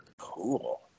Cool